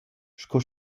sco